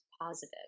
positive